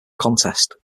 contest